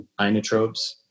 inotropes